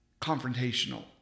confrontational